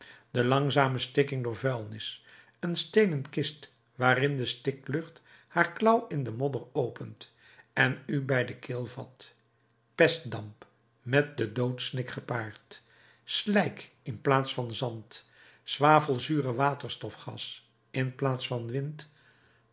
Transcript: de langzame stikking door vuilnis een steenen kist waarin de stiklucht haar klauw in de modder opent en u bij de keel vat pestdamp met den doodssnik gepaard slijk in plaats van zand zwavelzure waterstofgas in plaats van wind